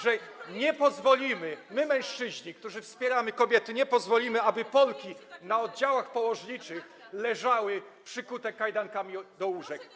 że nie pozwolimy, my, mężczyźni, którzy wspieramy kobiety, nie pozwolimy, [[Poruszenie na sali]] aby Polki na oddziałach położniczych leżały przykute kajdankami do łóżek.